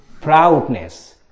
Proudness